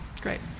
great